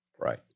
right